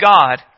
God